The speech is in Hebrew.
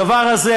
הדבר הזה,